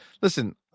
Listen